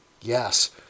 Yes